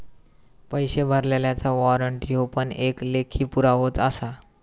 पैशे भरलल्याचा वाॅरंट ह्यो पण लेखी पुरावोच आसा